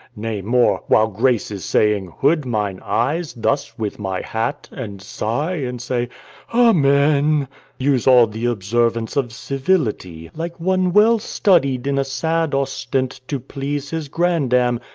nay more, while grace is saying, hood mine eyes thus with my hat, and sigh, and say amen use all the observance of civility, like one well studied in a sad ostent to please his grandam,